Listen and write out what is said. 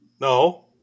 No